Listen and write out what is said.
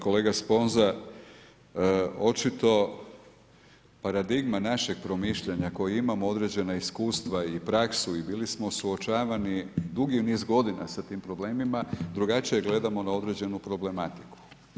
Kolega Sponza, očito paradigma našeg razmišljanja, koje imamo određena iskustva i praksu i bili smo suočavani dugi niz godina sa tim problemima drugačije gledamo na određenu problematiku.